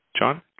John